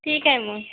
ठीक आहे मग